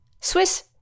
Swiss